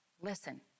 Listen